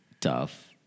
tough